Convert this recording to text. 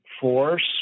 force